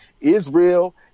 Israel